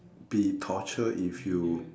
be torture if you